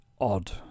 odd